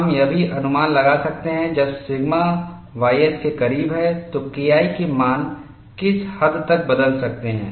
हम यह भी अनुमान लगा सकते हैं जब सिग्मा ys के करीब है तो KI के मान किस हद तक बदल सकते हैं